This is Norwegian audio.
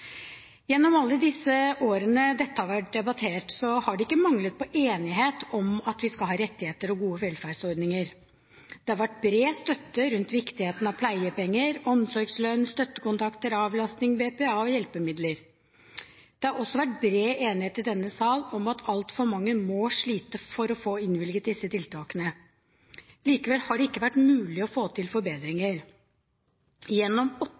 Gjennom alle disse årene dette har vært debattert, har det ikke manglet på enighet om at vi skal ha rettigheter og gode velferdsordninger. Det har vært bred støtte rundt viktigheten av pleiepenger, omsorgslønn, støttekontakter, avlastning, BPA og hjelpemidler. Det har også vært bred enighet i denne sal om at altfor mange må slite for å få innvilget disse tiltakene. Likevel har det ikke vært mulig å få til forbedringer. Gjennom åtte